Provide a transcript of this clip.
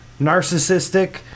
narcissistic